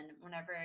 whenever